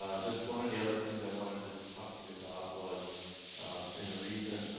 um just one of the other things i wanted to talk to you about was in the recent,